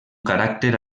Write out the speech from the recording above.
caràcter